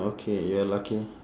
okay you are lucky